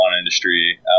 industry